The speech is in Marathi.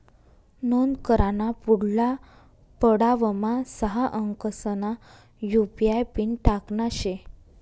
नोंद कराना पुढला पडावमा सहा अंकसना यु.पी.आय पिन टाकना शे